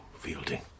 Fielding